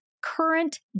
current